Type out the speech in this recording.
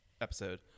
Episode